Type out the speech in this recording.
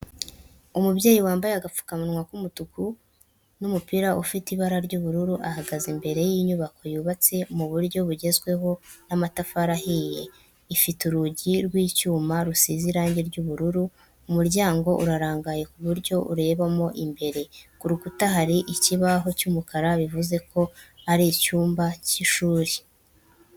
Umubyeyi wambaye agapfukamunwa k'umutuku n'umupira ufite ibara ry'ubururu ahagaze imbere y'inyubako yubatse mu buryo bugezweho n'amatafari ahiye ifite urugi rw'icyuma rusize irangi ry'ubururu, umuryango urarangaye ku buryo urebamo imbere, ku rukuta hari ikibaho cy'umukara bivuze ko ari mu cyumba cy'ishuri.